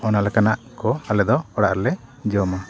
ᱚᱱᱟ ᱞᱮᱠᱟᱱᱟᱜ ᱠᱚ ᱟᱞᱮᱫᱚ ᱚᱲᱟᱜ ᱨᱮᱞᱮ ᱡᱚᱢᱟ